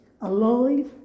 alive